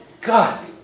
God